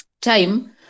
time